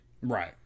Right